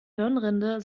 hirnrinde